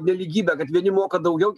nelygybę kad vieni moka daugiau